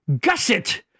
gusset